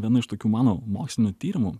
viena iš tokių mano mokslinių tyrimų